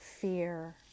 fear